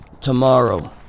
Tomorrow